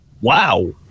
Wow